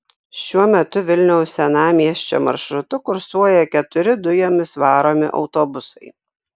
šiuo metu vilniaus senamiesčio maršrutu kursuoja keturi dujomis varomi autobusai